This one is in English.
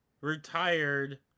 retired